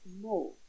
more